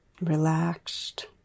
Relaxed